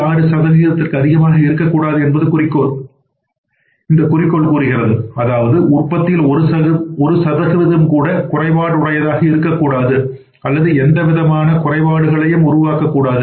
6 சதவிகிதத்திற்கு அதிகமாக இருக்கக்கூடாது என்று குறிக்கோள் கூறுகிறது அதாவது உற்பத்தியில் 1 சதவிகிதம் கூட குறைபாடுடையதாக இருக்க கூடாது அல்லது எந்தவிதமான குறைபாடுகளையும் உருவாக்க கூடாது